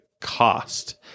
cost